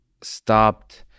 stopped